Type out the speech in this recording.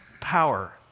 power